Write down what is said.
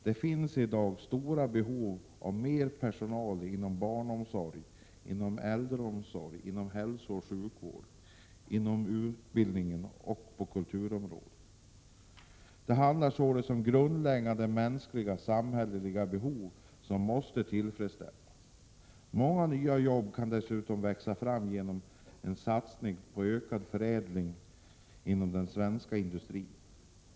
Det finns i dag stora behov av mer personal inom barnomsorgen, inom äldreomsorgen, inom hälsooch sjukvården, inom utbildningen och på kulturområdet. Det handlar således om grundläggande mänskliga och samhälleliga behov som måste tillgodoses. Många nya jobb kan dessutom växa fram genom en satsning på ökad förädling inom den svenska industrin.